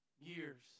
years